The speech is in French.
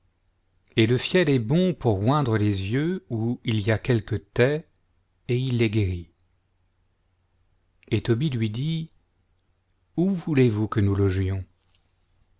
et le fiel est bon pour oindre les yeux où il y a quelque taie et il est guéri et tobie lui dit où voulez-vous que nous logions